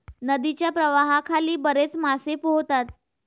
नदीच्या प्रवाहाखाली बरेच मासे पोहतात